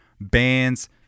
bands